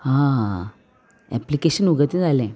हा एप्लिकेशन उगतें जालें